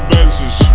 Benzes